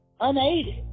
unaided